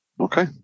Okay